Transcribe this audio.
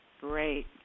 Great